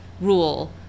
rule